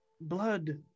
Blood